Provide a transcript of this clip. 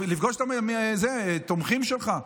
לפגוש את התומכים שלך.